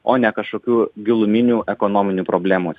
o ne kažkokių giluminių ekonominių problemų